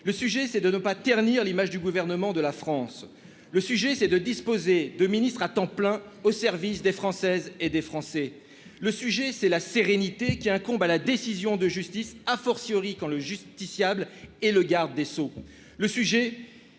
le sujet c'est de ne pas ternir l'image du gouvernement de la France, le sujet c'est de disposer de ministres à temps plein au service des Françaises et des Français, le sujet c'est la sérénité qui incombe à la décision de justice, à fortiori quand le justiciable et le garde des Sceaux,